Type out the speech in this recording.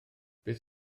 beth